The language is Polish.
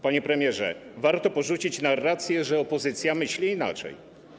Panie premierze, warto porzucić narrację, że opozycja myśli inaczej.